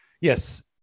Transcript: Yes